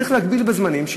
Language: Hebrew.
צריך להגביל זמנים.